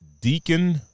Deacon